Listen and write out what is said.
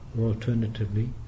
alternatively